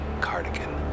Cardigan